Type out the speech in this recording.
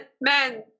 men